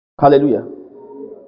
Hallelujah